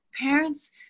parents